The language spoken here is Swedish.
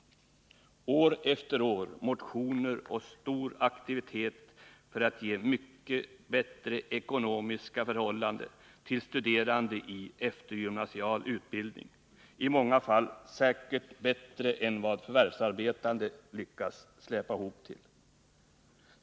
År efter år kommer man med motioner och stor aktivitet för att ge mycket bättre ekonomiska förhållanden till studerande i eftergymnasial utbildning — i många fall säkert bättre förhållanden än vad förvärvsarbetande lyckas släpa ihop till.